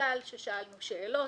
לחמוטל ששאלנו שאלות.